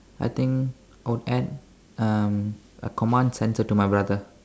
I think I would add um a command centre to my brother